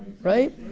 right